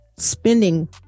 spending